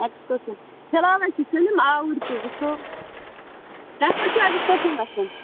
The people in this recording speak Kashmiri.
ایکٕسکرٛشَن فِلحال چھِ سٲلِم آوُرۍ تہٕ وُچھو تۄہہِ کوٚت چھُو ایٚکٕسکرٛشَن گَژھُن